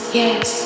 yes